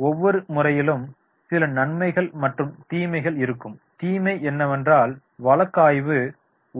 ஆனால் ஒவ்வொரு முறையிலும் சில நன்மைகள் மற்றும் தீமைகள் இருக்கும் தீமை என்னவென்றால் வழக்காய்வு